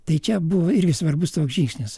tai čia buvo irgi svarbus žingsnis